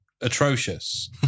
atrocious